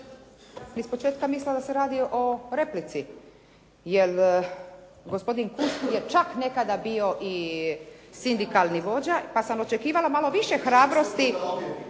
iz početka mislila da se radi o replici jer gospodin Kunst je čak nekada bio i sindikalni vođa pa sam očekivala malo više hrabrosti.